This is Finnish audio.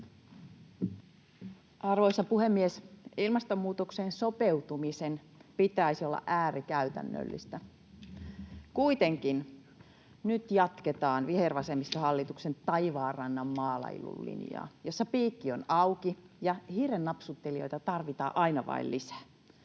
Arvoisa puhemies! Ilmastonmuutokseen sopeutumisen pitäisi olla äärikäytännöllistä. Kuitenkin nyt jatketaan vihervasemmistohallituksen taivaanrannan maalailun linjaa, jossa piikki on auki ja hiirennapsuttelijoita tarvitaan aina vain lisää.